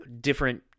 different